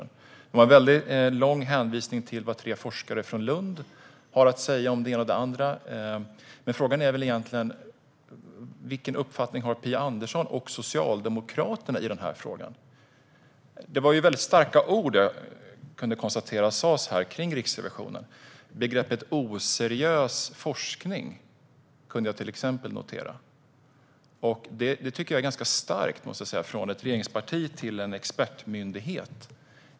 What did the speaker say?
Hon gjorde en väldigt lång hänvisning till vad tre forskare från Lund hade att säga, men frågan är: Vilken uppfattning har Phia Andersson och Socialdemokraterna i den här frågan? Det var väldigt starka ord som sas om Riksrevisionen. Jag kunde till exempel notera begreppet oseriös forskning. Det tycker jag är ganska starkt från ett regeringsparti till en expertmyndighet.